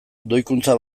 doikuntza